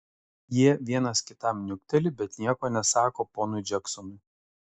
jie vienas kitam niukteli bet nieko nesako ponui džeksonui